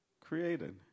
created